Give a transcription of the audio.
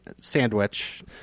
sandwich